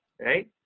right